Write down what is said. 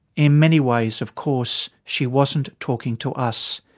in many ways of course she wasn't talking to us.